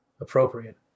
appropriate